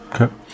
Okay